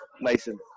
Mason